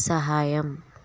సహాయం